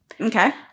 Okay